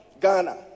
Ghana